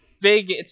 big